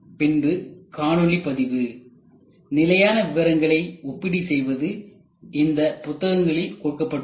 பின்பு காணொளி பதிவு நிலையான விவரங்களை ஒப்பீடு செய்வது இந்த புத்தகங்களில் கொடுக்கப்பட்டுள்ளது